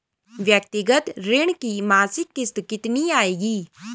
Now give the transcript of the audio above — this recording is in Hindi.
व्यक्तिगत ऋण की मासिक किश्त कितनी आएगी?